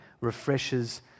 refreshes